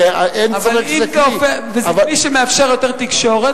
זה כלי שמאפשר יותר תקשורת,